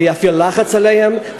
זה יפעיל עליהם לחץ,